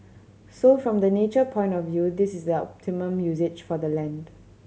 so from the nature point of view this is the optimum usage for the land